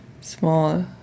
small